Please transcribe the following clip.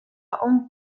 hong